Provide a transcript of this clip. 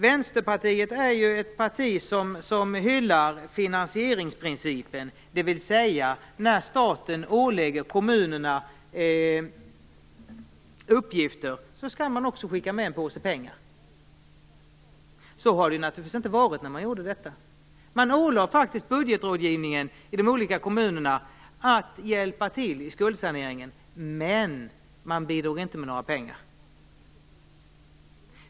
Vänsterpartiet är ju ett parti som hyllar finansieringsprincipen, dvs. principen att när staten ålägger kommunerna uppgifter skall man också skicka med en påse pengar. Så var det inte när man gjorde detta. Man ålade faktiskt budgetrådgivningen i de olika kommunerna att hjälpa till vid skuldsaneringen, men man bidrog inte med några pengar.